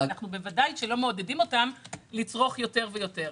אנחנו בוודאי לא מעודדים אותם לצרוך יותר ויותר.